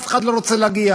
אף אחד לא רוצה להגיע,